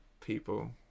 people